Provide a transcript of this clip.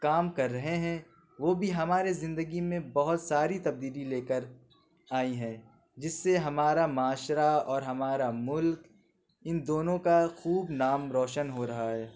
کام کر رہے ہیں وہ بھی ہمارے زندگی میں بہت ساری تبدیلی لے کر آئیں ہے جس سے ہمارا معاشرہ اور ہمارا ملک ان دونوں کا خوب نام روشن ہو رہا ہے